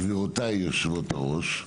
גבירותי יושבות-הראש,